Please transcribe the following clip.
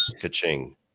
ka-ching